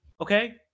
Okay